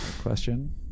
question